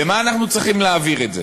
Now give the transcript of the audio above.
למה אנחנו צריכים להעביר את זה?